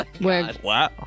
Wow